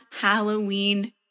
Halloween